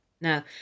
Now